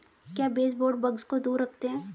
क्या baseboard bugs को दूर रखते हैं?